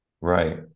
Right